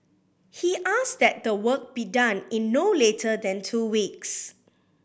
he asked that the work be done in no later than two weeks